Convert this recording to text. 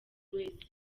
wese